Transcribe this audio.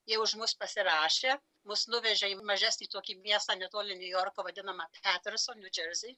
jie už mus pasirašė mus nuvežė į mažesnį tokį miestą netoli niujorko vadinamą peterson nju džersi